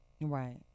Right